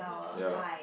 ya